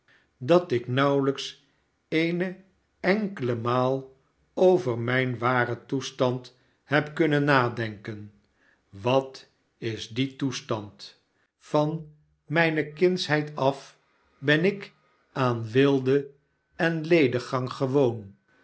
dat ik nauwelijks eene enkele maal over mijn waren toestand heb kunnen nadenken wat is die toestand van mijne kindsheid af ben ik aan weelde en lediggang gewoon